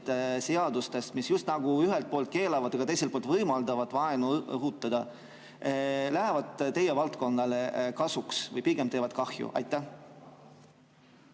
seadustes, mis just nagu ühelt poolt keelavad, aga teiselt poolt võimaldavad vaenu õhutada, tulevad teie valdkonnale kasuks või pigem teevad kahju? Aitäh!